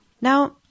Now